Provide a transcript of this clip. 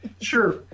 Sure